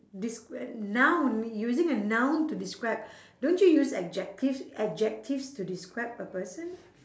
desc~ noun using a noun to describe don't you use adjectives adjectives to describe a person